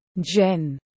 Jen